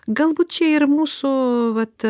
galbūt čia yra mūsų vat